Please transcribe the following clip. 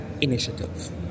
initiative